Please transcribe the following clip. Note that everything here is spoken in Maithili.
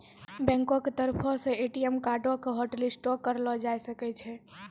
बैंको के तरफो से ए.टी.एम कार्डो के हाटलिस्टो करलो जाय सकै छै